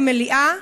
במליאה,